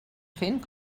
fent